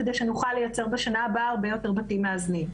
כדי שנוכל לייצר בשנה הבאה הרבה יותר בתים מאזנים.